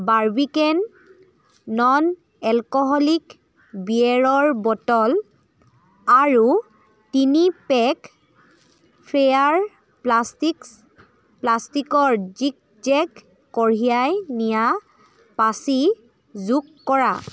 Barbican non alcoholic বিয়েৰৰ bottle আৰু তিনি পেক ফেয়াৰ প্লাষ্টিকছ প্লাষ্টিকৰ জিগ জেগ কঢ়িয়াই নিয়া পাচি যোগ কৰা